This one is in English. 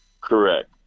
Correct